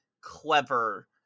clever